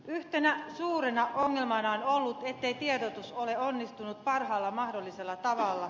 yhtenä suurena ongelmana on ollut ettei tiedotus ole onnistunut parhaalla mahdollisella tavalla